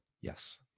Yes